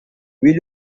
will